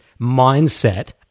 mindset